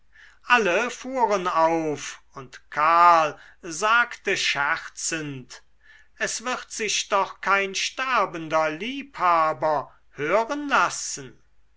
alle fuhren auf und karl sagte scherzend es wird sich doch kein sterbender liebhaber hören lassen